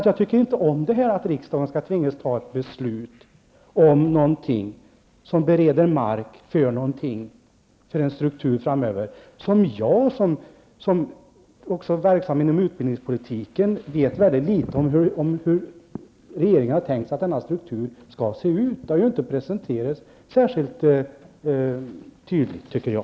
Jag tycker inte om att riksdagen skall tvingas besluta om någonting som bereder mark för en struktur framöver som vi vet mycket litet om hur regeringen har tänkt sig. Denna struktur har ju inte presenterats särskilt tydligt, tycker jag.